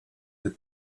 the